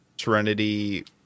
Serenity